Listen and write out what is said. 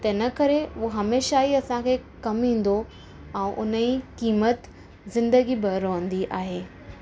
त हिन करे हूअ हमेशह ई असांखे कमु ईंदो ऐं उनजी क़ीमत ज़िंदगी भर रहंदी आहे